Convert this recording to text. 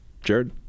Jared